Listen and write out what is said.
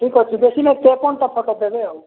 ଠିକ୍ ଅଛି ବେଶୀ ନାଇଁ ଚାରି ପାଞ୍ଚଟା ଫଟୋ ଦେବେ ଆଉ